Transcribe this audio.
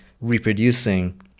reproducing